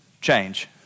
change